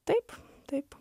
taip taip